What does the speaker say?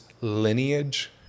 lineage